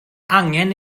angen